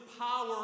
power